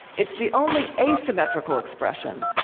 it's the only asymmetrical expression.